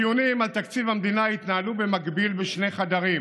הדיונים על תקציב המדינה התנהלו במקביל בשני חדרים: